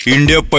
India